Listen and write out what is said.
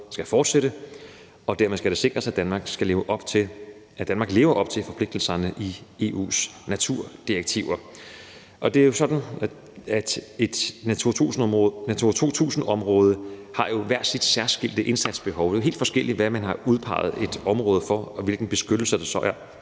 skal fortsætte, og dermed skal det sikres, at Danmark lever op til forpligtelserne i EU's naturdirektiver. Det er jo sådan, at et Natura 2000-område har sit eget særskilte indsatsbehov. Det er jo helt forskelligt, hvad man har udpeget et område for, og hvilken beskyttelse der så er